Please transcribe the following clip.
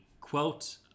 quote